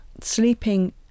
sleeping